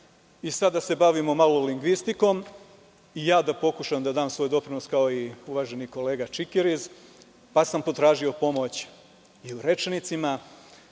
Sada da se bavimo malo lingvistikom i ja da pokušam da dam svoj doprinos, kao i uvaženi kolega Čikiriz, pa sam potražio pomoć i u rečnicima.